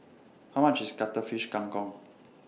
How much IS Cuttlefish Kang Kong